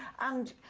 and